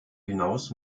hinaus